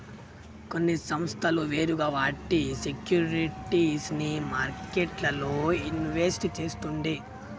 కొన్ని సంస్థలు నేరుగా వాటి సేక్యురిటీస్ ని మార్కెట్లల్ల ఇన్వెస్ట్ చేస్తుండే